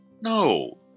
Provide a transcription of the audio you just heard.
No